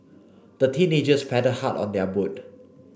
the teenagers paddled hard on their boat